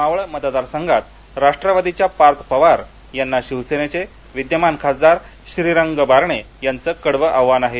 मावळ मतदारसंहात राष्ट्रवादीच्या पार्थ पवार यांना शिवसेनेचे विद्यमान खासदार श्रीरंग बारणे यांचं कडवं आव्हान आहे